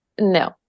no